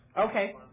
Okay